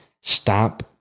stop